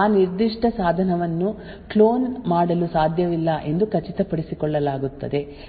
ಆ ನಿರ್ದಿಷ್ಟ ಸಾಧನವನ್ನು ಕ್ಲೋನ್ ಮಾಡಲು ಸಾಧ್ಯವಿಲ್ಲ ಎಂದು ಖಚಿತಪಡಿಸಿಕೊಳ್ಳಲಾಗುತ್ತದೆ